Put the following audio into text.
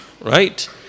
right